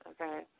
okay